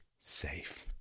safe